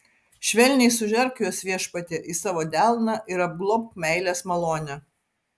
švelniai sužerk juos viešpatie į savo delną ir apglobk meilės malone